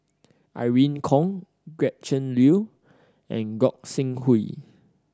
Irene Khong Gretchen Liu and Gog Sing Hooi